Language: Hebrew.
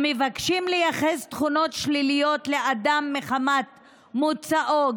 המבקשים לייחס תכונות שליליות לאדם מחמת מוצאו,